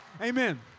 Amen